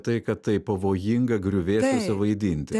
tai kad tai pavojinga griuvėsiuose vaidinti